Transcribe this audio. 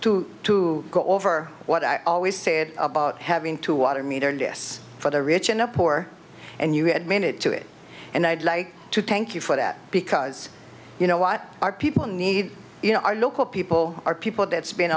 to to go over what i always said about having to water meter and yes for the rich and poor and you had made it to it and i'd like to thank you for that because you know what our people need you know our local people are people that's been